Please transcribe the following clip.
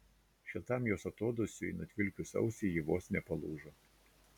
šiltam jos atodūsiui nutvilkius ausį jis vos nepalūžo